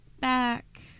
back